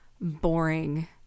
boring